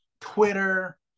Twitter